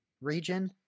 region